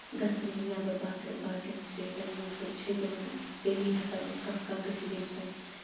گژھان چھِ نیبر باقین سِٹیٹن منٛز چھِ تِمن تیٚلی ہٮ۪کان کانہہ کانہہ گژھِتھ ییٚمِس وۄنۍ